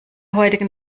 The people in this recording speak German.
heutigen